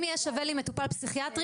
אם יהיה שווה לי מטופל פסיכיאטרי,